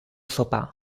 sopar